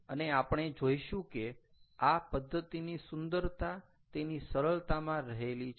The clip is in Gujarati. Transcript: અને આપણે જોઇશું કે આ પદ્ધતિની સુંદરતા તેની સરળતામાં રહેલી છે